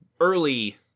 early